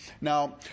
Now